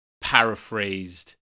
paraphrased